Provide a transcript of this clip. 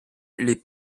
les